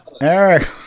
Eric